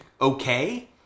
okay